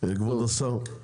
כבוד השר,